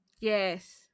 yes